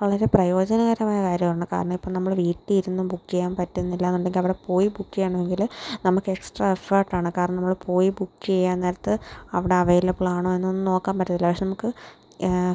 വളരെ പ്രയോജനകരമായ കാര്യമാണ് കാരണം ഇപ്പോൾ നമ്മൾ വീട്ടിൽ ഇരുന്ന് ബുക്ക് ചെയ്യാൻ പറ്റുന്നില്ല എന്നുണ്ടെങ്കിൽ അവിടെ പോയി ബുക്ക് ചെയ്യണമെങ്കിൽ നമുക്ക് എക്സ്ട്രാ എഫേർട്ടാണ് കാരണം നമ്മൾ പോയി ബുക്ക് ചെയ്യാൻ നേരത്ത് അവിടെ അവൈലബിളാണോ എന്നൊന്നും നോക്കാൻ പറ്റത്തില്ല പക്ഷേ നമുക്ക്